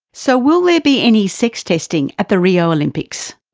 so will there be any sex testing at the rio olympics?